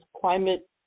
climate